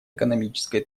экономической